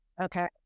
Okay